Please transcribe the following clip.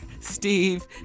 Steve